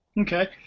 Okay